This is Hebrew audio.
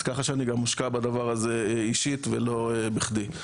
אז ככה שאני גם מושקע בדבר הזה אישית ולא בכדי.